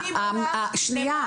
שנייה,